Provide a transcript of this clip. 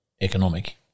economic